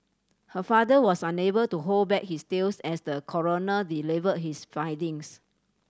her father was unable to hold back his tears as the coroner delivered his findings